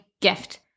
gift